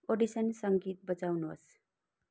ओडिसानी सङ्गीत बजाउनुहोस्